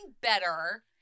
better